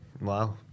wow